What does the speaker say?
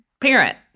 parent